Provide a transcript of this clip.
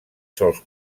sols